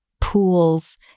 pools